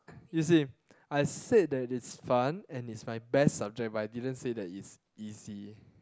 you see I said that it's fun and it's my best subject but I didn't say that it's easy